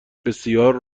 بسیار